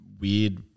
weird